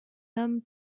homme